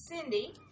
Cindy